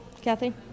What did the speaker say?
Kathy